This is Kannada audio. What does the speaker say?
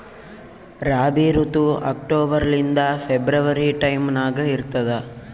ರಾಬಿ ಋತು ಅಕ್ಟೋಬರ್ ಲಿಂದ ಫೆಬ್ರವರಿ ಟೈಮ್ ನಾಗ ಇರ್ತದ